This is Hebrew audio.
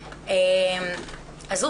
עזבו,